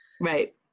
right